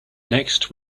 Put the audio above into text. next